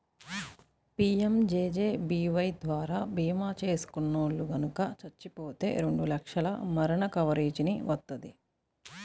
PMJJBY ద్వారా భీమా చేసుకున్నోల్లు గనక చచ్చిపోతే రెండు లక్షల మరణ కవరేజీని వత్తది